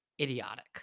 idiotic